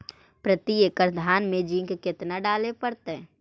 प्रती एकड़ धान मे जिंक कतना डाले पड़ताई?